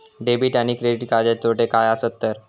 Debit आणि credit कार्डचे तोटे काय आसत तर?